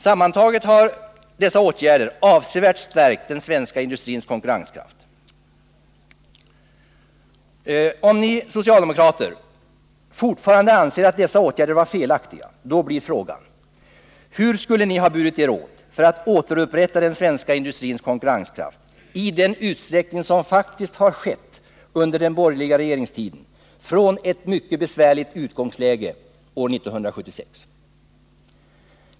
Sammantaget har dessa åtgärder avsevärt stärkt den svenska industrins konkurrenskraft. Om ni socialdemokrater fortfarande anser att dessa åtgärder var felaktiga, då blir frågan: Hur skulle ni har burit er åt för att återupprätta den svenska industrins konkurrenskraft i den utsträckning som faktiskt har skett under den borgerliga regeringstiden från ett mycket besvärligt utgångsläge år 1976?